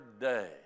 day